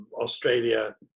Australia